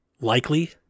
likely